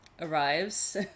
arrives